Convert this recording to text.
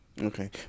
Okay